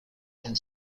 and